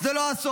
זה לא הסוף.